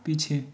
पीछे